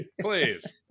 Please